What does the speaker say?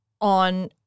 on